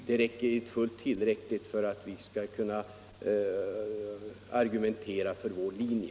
Det är tillräckligt för att vi skall kunna argumentera för vår linje.